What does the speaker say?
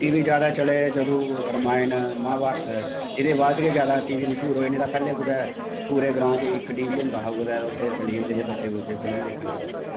T V जैदा चले जदूं रमायण महाभारत एह्दे बाद च गै जैदा टी वी मश्हूर होए नेईं ते पैहलें कुतै पूरा ग्रांऽ इक टी वी होंदा हा उत्थें चली जंदे हे बच्चे बुच्चे फिल्म दिक्खन